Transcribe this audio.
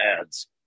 ads